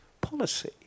policy